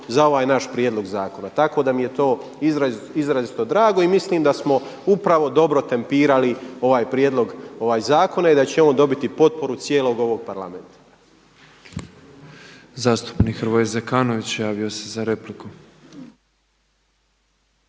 za ovaj naš prijedlog zakona. Tako da mi je to izrazito drago i mislim da smo upravo dobro tempirali ovaj prijedlog zakona i da će on dobiti potporu cijelog ovog Parlamenta.